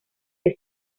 que